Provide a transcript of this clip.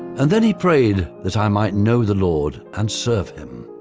and then he prayed that i might know the lord and serve him.